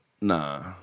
Nah